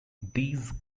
these